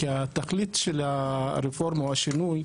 כי התכלית של הרפורמה או השינוי,